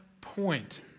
point